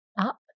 up